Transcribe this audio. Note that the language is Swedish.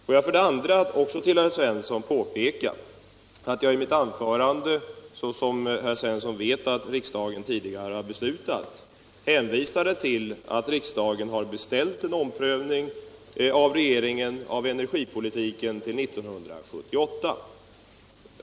Får jag vidare påpeka för herr Svensson att jag i mitt anförande hänvisade till att riksdagen av regeringen har beställt en omprövning av energipolitiken till 1978.